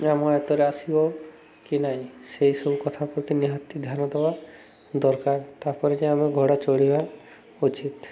ଆମ ଆୟତରେ ଆସିବ କି ନାହିଁ ସେହିସବୁ କଥା ପ୍ରତି ନିହାତି ଧ୍ୟାନ ଦେବା ଦରକାର ତା'ପରେ ଯାଇ ଆମେ ଘୋଡ଼ା ଚଢ଼ିବା ଉଚିତ